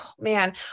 man